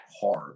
hard